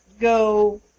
go